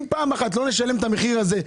אם פעם אחת לא נשלם את המחיר הזה,